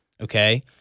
Okay